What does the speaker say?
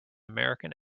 american